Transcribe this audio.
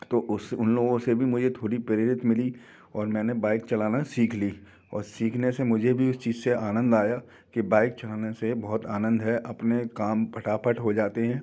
तो उस उन लोगों से भी मुझे थोड़ा प्रेरित मिली और मैंने बाइक चलाना सीख ली और सीखने से मुझे भी उस चीस से आनंद आया कि बाइक चलाने से बहुत आनंद है अपने काम फटाफट हो जाते हैं